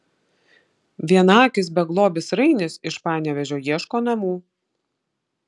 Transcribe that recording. vienaakis beglobis rainis iš panevėžio ieško namų